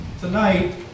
tonight